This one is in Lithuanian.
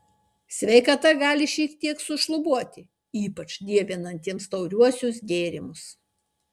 sveikata gali šiek tiek sušlubuoti ypač dievinantiems tauriuosius gėrimus